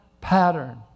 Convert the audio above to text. pattern